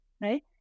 right